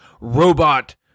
Robot